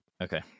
Okay